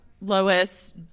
Lois